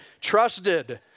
trusted